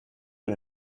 für